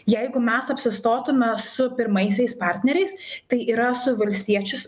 jeigu mes apsistotume su pirmaisiais partneriais tai yra su valstiečiais